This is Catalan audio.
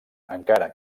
encara